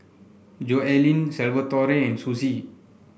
Joellen Salvatore and Suzie